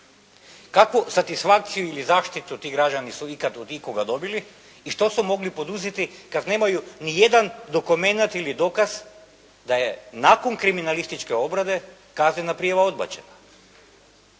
Kakvu satisfakciju ili zaštitu ti građani su ikada od ikoga dobili i što su mogli poduzeti kad nemaju nijedan dokumenat niti dokaz da je nakon kriminalističke obrade kaznena prijava odbačena.